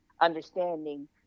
understanding